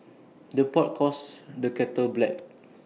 the pot calls the kettle black